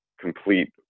complete